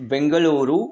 Bengaluru